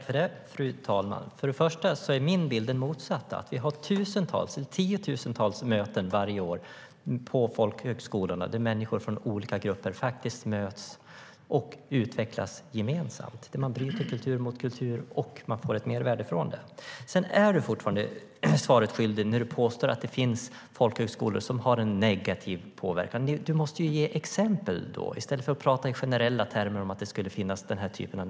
Fru talman! Min bild är den motsatta. Vi har tiotusentals möten varje år på folkhögskolorna där människor från olika grupper möts och utvecklas gemensamt. Man bryter kultur mot kultur och får ett mervärde av det. Du är fortfarande svaret skyldig, Aron Emilsson, när du påstår att det finns folkhögskolor som har en negativ påverkan. Du måste ge exempel i stället för att tala i generella termer om detta.